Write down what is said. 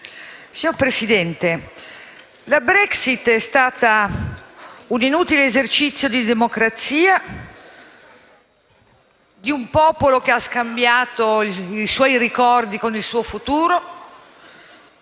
Signor Presidente, la Brexit è stato un inutile esercizio di democrazia di un popolo che ha scambiato i suoi ricordi con il suo futuro?